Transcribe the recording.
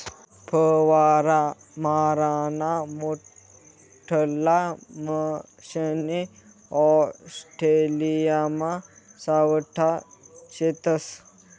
फवारा माराना मोठल्ला मशने ऑस्ट्रेलियामा सावठा शेतस